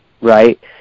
right